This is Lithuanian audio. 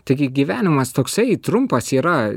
taigi gyvenimas toksai trumpas yra